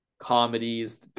Comedies